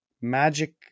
magic